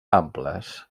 amples